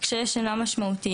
קשיי שינה משמעותיים,